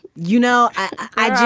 you know, i